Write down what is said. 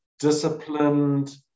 disciplined